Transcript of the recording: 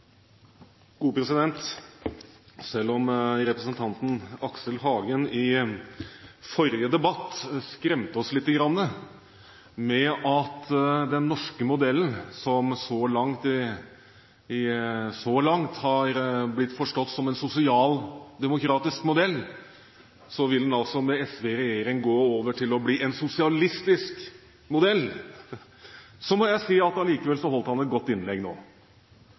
Selv om representanten Aksel Hagen i forrige debatt skremte oss litt med at den norske modellen, som så langt har blitt forstått som en sosialdemokratisk modell, hadde gått over til å bli en sosialistisk modell med SV i regjering. Jeg må likevel si at han holdt et godt innlegg nå. Jeg tror nok at